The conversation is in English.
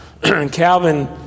Calvin